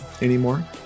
anymore